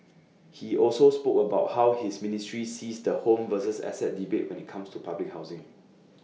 he also spoke about how his ministry sees the home versus asset debate when IT comes to public housing